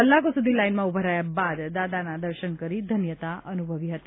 કલાકો સુધી લાઇનમાં ઉભા રહ્યા બાદ દાદાના દર્શન કરી ધન્યતા અનુભવી હતી